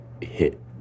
hit